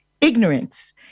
ignorance